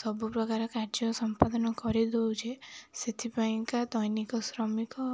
ସବୁପ୍ରକାର କାର୍ଯ୍ୟ ସମ୍ପାଦନ କରିଦେଉଛେ ସେଥିପାଇଁକା ଦୈନିକ ଶ୍ରମିକ